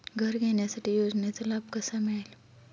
घर घेण्यासाठी योजनेचा लाभ कसा मिळेल?